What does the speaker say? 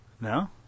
No